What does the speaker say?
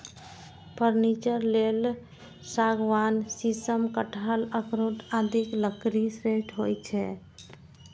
furniture लेल सागवान, शीशम, कटहल, अखरोट आदिक लकड़ी श्रेष्ठ होइ छै